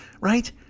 Right